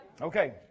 Okay